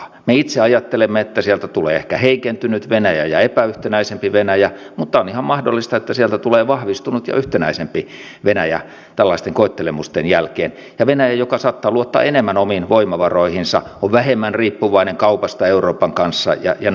me itse ajattelemme että sieltä tulee ehkä heikentynyt venäjä ja epäyhtenäisempi venäjä mutta on ihan mahdollista että sieltä tulee vahvistunut ja yhtenäisempi venäjä tällaisten koettelemusten jälkeen ja venäjä joka saattaa luottaa enemmän omiin voimavaroihinsa on vähemmän riippuvainen kaupasta euroopan kanssa ja näin poispäin